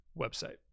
website